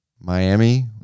Miami